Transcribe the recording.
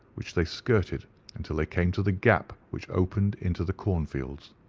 which they skirted until they came to the gap which opened into the cornfields.